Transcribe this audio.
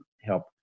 help